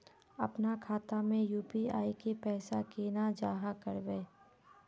अपना खाता में यू.पी.आई के पैसा केना जाहा करबे?